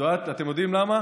את יודעת, אתם יודעים למה?